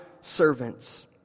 servants